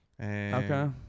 Okay